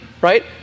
right